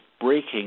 breaking